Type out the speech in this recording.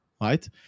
right